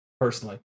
personally